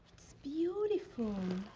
it's beautiful.